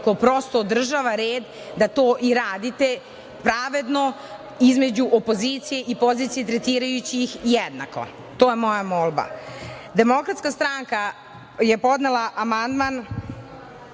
ko prosto održava red da to i radite, pravedno između opozicije i pozicije, tretirajući ih jednako. To je moja molba. Demokratska stranka, je podnela amandman